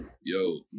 yo